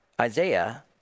Isaiah